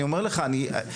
אני אומר לך בכנות,